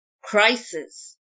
crisis